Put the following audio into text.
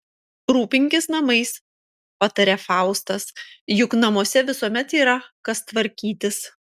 rūpinkis namais pataria faustas juk namuose visuomet yra kas tvarkytis